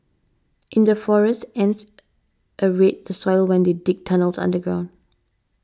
in the forests ants aerate the soil when they dig tunnels underground